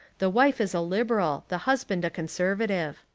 the wife is a liberal, the husband a conservative.